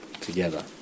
together